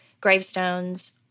gravestones